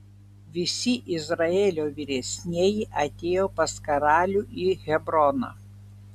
visi izraelio vyresnieji atėjo pas karalių į hebroną